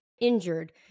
injured